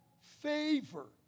favor